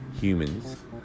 humans